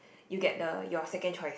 you get the your second choice